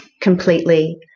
completely